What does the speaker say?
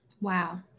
Wow